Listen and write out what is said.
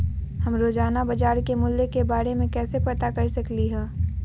हम रोजाना बाजार के मूल्य के के बारे में कैसे पता कर सकली ह?